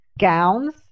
gowns